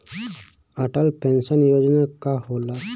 Atal pension Yojana का होला?